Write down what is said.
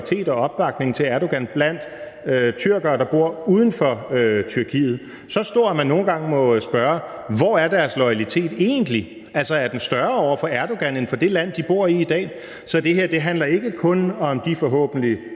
og opbakning til Erdogan blandt tyrkere, der bor uden for Tyrkiet – så stor, at man nogle gange må spørge, hvor deres loyalitet egentlig er, altså om den er større over for Erdogan end for det land, de bor i i dag. Så det her handler ikke kun om de forhåbentlig